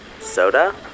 Soda